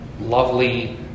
lovely